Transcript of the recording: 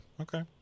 okay